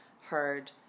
heard